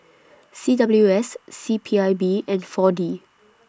C W S C P I B and four D